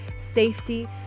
safety